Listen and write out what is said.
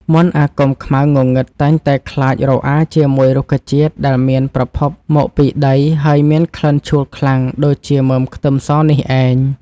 មន្តអាគមខ្មៅងងឹតតែងតែខ្លាចរអាជាមួយរុក្ខជាតិដែលមានប្រភពមកពីដីហើយមានក្លិនឆួលខ្លាំងដូចជាមើមខ្ទឹមសនេះឯង។